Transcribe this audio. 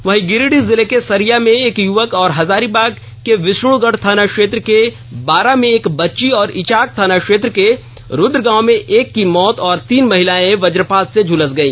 वहीं गिरिडीह जिले के सरिया में एक यूवक और हजारीबाग के विष्णुगढ़ थाना क्षेत्र के बारा में एक बच्ची तथा इचाक थाना क्षेत्र के रूद्र गांव में एक की मौत और तीन महिलाए वजपात से झुलस गई